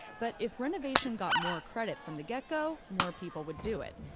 but if renovation got more credit from the get-go, more people would do it.